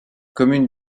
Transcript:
commune